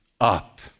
up